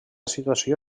situació